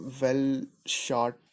well-shot